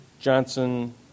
Johnson